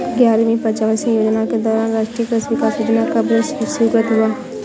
ग्यारहवीं पंचवर्षीय योजना के दौरान राष्ट्रीय कृषि विकास योजना का बजट स्वीकृत हुआ